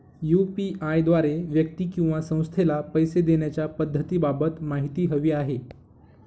UPI द्वारे व्यक्ती किंवा संस्थेला पैसे देण्याच्या पद्धतींबाबत माहिती हवी आहे